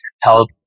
help